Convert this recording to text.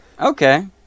Okay